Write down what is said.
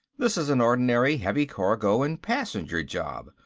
this is an ordinary heavy-cargo and passenger job.